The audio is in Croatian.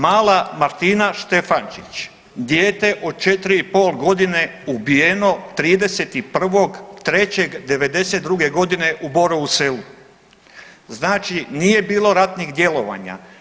Mala Martina Štefančić, dijete od 4,5.g. ubijeno 31.3.'92.g. u Borovu selu, znači nije bilo ratnih djelovanja.